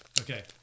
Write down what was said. Okay